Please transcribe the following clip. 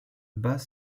bas